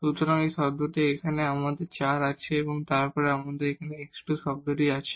সুতরাং এই টার্মটি এখানে আমাদের 4 আছে তারপর আমাদের একটি x2 টার্ম আছে